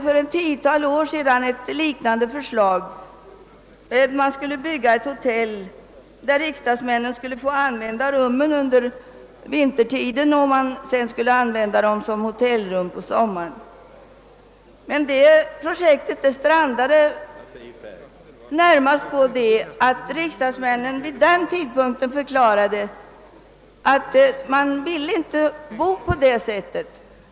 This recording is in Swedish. För ett tiotal år sedan framlades ett liknande förslag — det skulle byggas ett hotell där riksdagsledamöterna skulle få använda rummen under sessionstid; medan rummen över sommaren skulle disponeras som hotellrum. Det projektet strandade närmast på att riksdagsledamöterna vid den tidpunkten förklarade att de inte ville ha det på detta sätt.